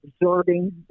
absorbing